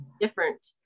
different